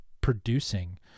producing